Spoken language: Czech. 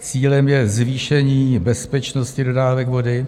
Cílem je zvýšení bezpečnosti dodávek vody.